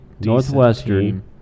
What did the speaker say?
Northwestern